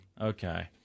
Okay